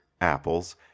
apples